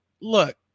Look